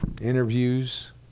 interviews